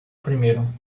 primeiro